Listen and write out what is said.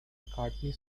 mccartney